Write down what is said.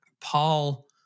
Paul